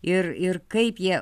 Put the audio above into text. ir ir kaip jie